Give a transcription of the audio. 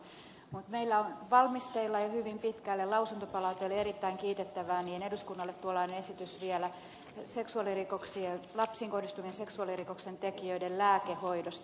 mutta meillä on valmisteilla jo hyvin pitkälle lausuntopalaute oli erittäin kiitettävää ja eduskunnalle tuodaan esitys vielä lapsiin kohdistuvien seksuaalirikoksen tekijöiden lääkehoidosta